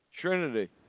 Trinity